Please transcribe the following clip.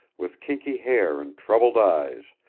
with kinky hair and troubled eyes,